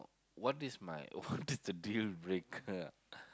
what is my what is the deal breaker ah